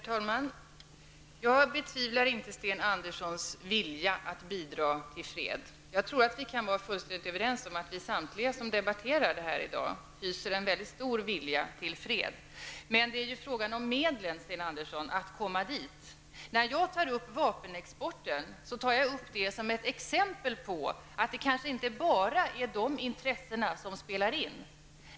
Herr talman! Jag betvivlar inte Sten Anderssons vilja att bidra till fred. Jag tror att vi kan vara fullständigt överens om att samtliga som debatterar i dag hyser en stor vilja till fred. Men frågan är vilka medel, Sten Andersson, som skall användas för att nå målet. Jag tar upp frågan om vapenexport som ett exempel på att det kanske inte bara är de intressena som spelar in.